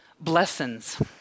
blessings